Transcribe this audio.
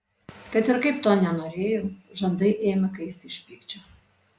kad ir kaip to nenorėjau žandai ėmė kaisti iš pykčio